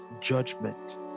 judgment